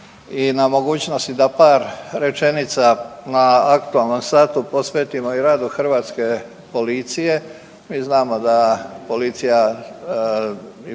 i na mogućnosti da par rečenica na aktualnom satu posvetimo i radu hrvatske policije. Mi znamo da policija i